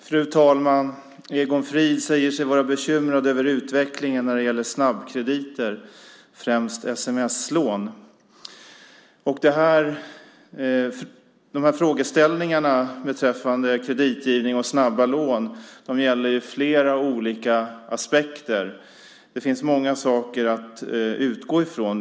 Fru talman! Egon Frid säger sig vara bekymrad över utvecklingen när det gäller snabbkrediter, främst sms-lån. Frågeställningarna beträffande kreditgivning och snabba lån gäller flera olika aspekter. Det finns många saker att utgå ifrån.